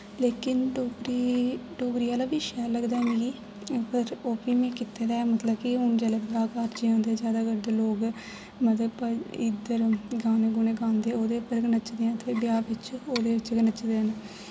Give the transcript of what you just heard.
लेकिन डोगरी डोगरी आह्ला बी शैल लगदा ऐ मिगी पर ओह्बी में कीत्ते दा ऐ मतलब कि हून जोल्लै ब्याह् घर च औह्दे जैदा करदे लोक इधर लोक मतलब गाने गुने गांदे ओह्दे उप्पर गे नचदे ब्याह् बिच्च ओह्दे उप्पर गे नचदे न